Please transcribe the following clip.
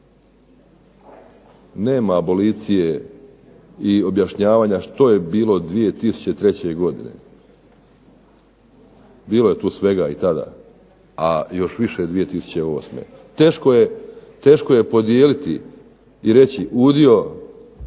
Nema abolicije i objašnjavanja što je bilo 2003. godine. Bilo je tu svega i tada, a još više 2008. Teško je, teško je podijeliti i reći udio,